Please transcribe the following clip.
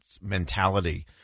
mentality